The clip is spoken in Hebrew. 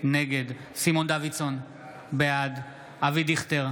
נגד סימון דוידסון, בעד אבי דיכטר,